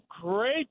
great